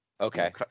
Okay